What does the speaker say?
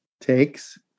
takes